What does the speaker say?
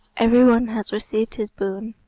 every one has received his boon,